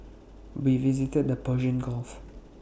we visited the Persian gulf